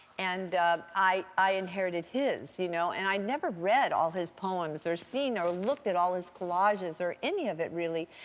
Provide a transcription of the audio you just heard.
and i inherited his. you know and i never read all his poems, or seen, or looked at all his collages, or any of it, really.